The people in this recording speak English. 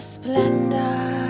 splendor